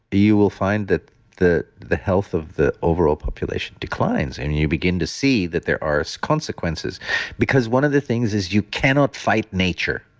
you will find that the the health of the overall population declines and you begin to see that there are so consequences because one of the things is you cannot fight nature.